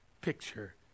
picture